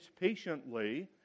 patiently